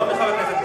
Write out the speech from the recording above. לא מחבר כנסת.